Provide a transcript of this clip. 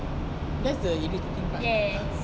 that's the irritating part